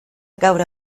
gaur